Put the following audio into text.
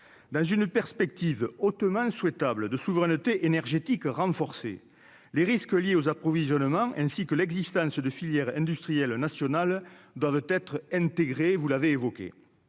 dans une perspective hautement souhaitable de souveraineté énergétique renforcer les risques liés aux approvisionnements, ainsi que l'existence de filières industrielles nationales doivent être intégrés, vous l'avez évoqué